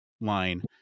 line